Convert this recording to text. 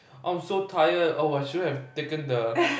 I'm so tired oh I shouldn't have taken the